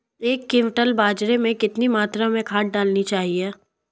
एक क्विंटल बाजरे में कितनी मात्रा में खाद डालनी चाहिए?